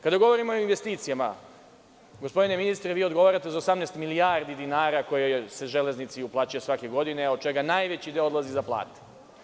Kada govorimo o investicijama, gospodine ministre, vi odgovarate za 18 milijardi dinara koje se Železnici uplaćuje svake godine, a od čega najveći deo odlazi za plate.